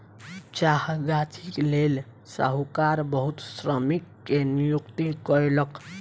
चाह गाछीक लेल साहूकार बहुत श्रमिक के नियुक्ति कयलक